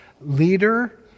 leader